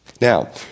Now